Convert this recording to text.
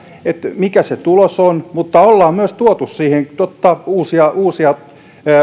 mikä se tulos on mutta olemme myös tuoneet siihen uusia uusia